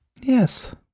Yes